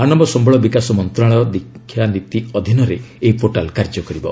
ମାନବ ସମ୍ଭଳ ବିକାଶ ମନ୍ତ୍ରଣାଳୟର ଦିକ୍ଷା ନୀତି ଅଧୀନରେ ଏହି ପୋର୍ଟାଲ୍ କାର୍ଯ୍ୟ କରିବ